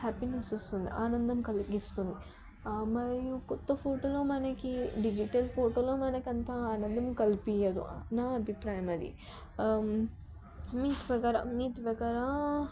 happiness వస్తుంది ఆనందం కలిగిస్తుంది మరియు కొత్త ఫోటోలో మనకి డిజిటల్ ఫోటోలో మకు అంత ఆనందం కల్పియ్యదు నా అభిప్రాయం అది మీ ద్వగరా మీ ద్వగరా